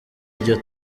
iryo